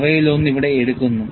അവയിലൊന്ന് ഇവിടെ എടുക്കുന്നു